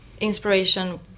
inspiration